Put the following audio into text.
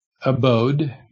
abode